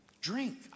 Drink